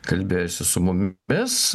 kalbėjosi su mum mis